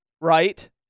right